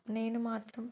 నేను మాత్రం